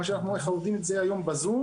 כמו שאנחנו לומדים את זה היום בזום,